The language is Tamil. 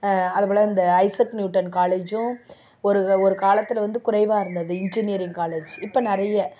அது போல இந்த ஐசக் நியூட்டன் காலேஜும் ஒரு ஒரு காலத்தில் வந்து குறைவாக இருந்தது இன்ஜினியரிங் காலேஜ் இப்போ நிறைய